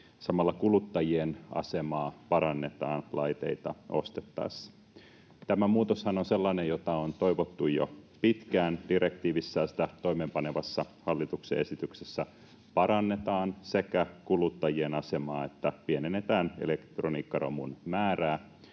Samalla kuluttajien asemaa parannetaan laitteita ostettaessa. Tämä muutoshan on sellainen, jota on toivottu jo pitkään. Direktiivissä ja sitä toimeenpanevassa hallituksen esityksessä parannetaan sekä kuluttajien asemaa että pienennetään elektroniikkaromun määrää,